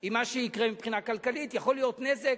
עם מה שיקרה מבחינה כלכלית, יכול להיות נזק.